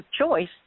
choice